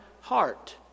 heart